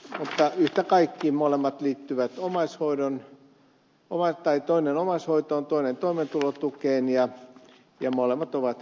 mutta yhtä kaikki toinen liittyy omaishoitoon toinen toimeentulotukeen ja molemmat ovat kannatettavia